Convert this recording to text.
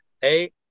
hey